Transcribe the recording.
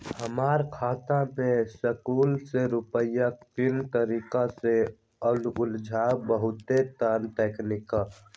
हमर खाता में सकलू से रूपया कोन तारीक के अलऊह बताहु त तनिक?